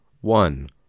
one